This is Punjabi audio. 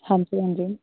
ਹਾਂਜੀ ਹਾਂਜੀ